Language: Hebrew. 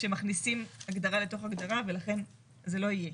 כשמכניסים הגדרה לתוך הגדרה ולכן זה לא יהיה,